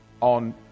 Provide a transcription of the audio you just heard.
on